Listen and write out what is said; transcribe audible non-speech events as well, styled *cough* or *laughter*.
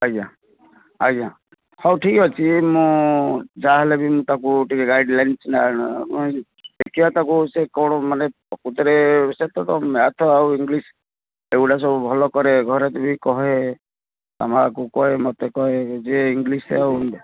ଆଜ୍ଞା ଆଜ୍ଞା ହଉ ଠିକ ଅଛି ମୁଁ ଯାହାହେଲେ ବି ମୁଁ ତାକୁ ଟିକେ ଗାଇଡ଼ଲାଇନ୍ସ *unintelligible* ଦେଖିବା ତାକୁ ସେ କ'ଣ ମାନେ ପ୍ରକୃତରେ ସିଏ ତ ମ୍ୟାଥ ଆଉ ଇଂଲିଶ ଏଗୁଡ଼ା ସବୁ ଭଲ କରେ ଘରେ ବି କହେ ତା ମାଆକୁ କହେ ମୋତେ କହେ ଯେ ଇଂଲିଶ ଆଉ